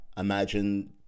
Imagine